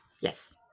Yes